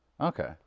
Okay